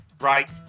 Right